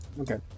okay